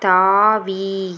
தாவி